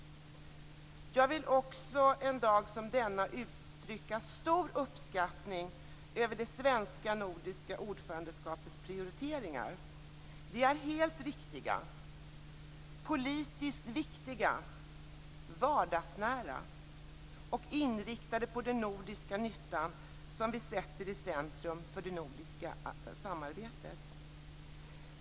Jag vill också en dag som denna uttrycka stor uppskattning över det svenska nordiska ordförandeskapets prioriteringar. De är helt riktiga. De är politiskt viktiga, vardagsnära och inriktade på den nordiska nyttan, som vi sätter i centrum för det nordiska samarbetet.